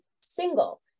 single